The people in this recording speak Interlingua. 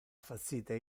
facite